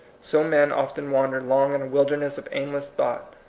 so men often wan der long in a wilderness of aimless thought,